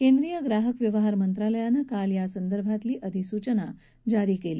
केंद्रीय ग्राहक व्यवहार मंत्रालयानं काल यासंदर्भातली अधिसूचना जारी केली